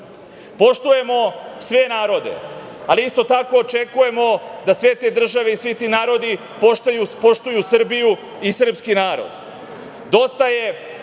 Evrope. Poštujemo sve narode, ali isto tako očekujemo da sve te države i svi ti narodi poštuju Srbiju i srpski narod. Dosta je